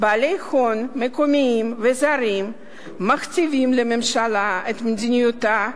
בעלי הון מקומיים וזרים מכתיבים לממשלה את מדיניותה,